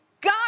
God